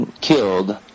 killed